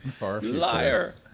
Liar